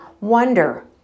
wonder